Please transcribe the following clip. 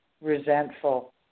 resentful